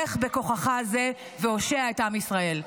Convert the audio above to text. לך בכוחך זה, והושע את עם ישראל.